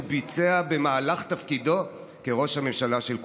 ביצע במהלך תפקידו כראש הממשלה של כולנו.